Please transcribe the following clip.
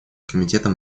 комитетом